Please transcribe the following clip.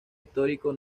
histórico